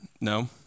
No